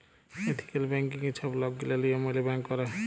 ethical ব্যাংকিংয়ে ছব লকগিলা লিয়ম মালে ব্যাংক ক্যরে